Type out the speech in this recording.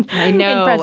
i know.